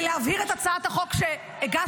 כדי להבהיר את הצעת החוק שהגשתי,